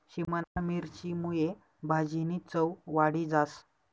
शिमला मिरची मुये भाजीनी चव वाढी जास